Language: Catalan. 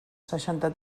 seixanta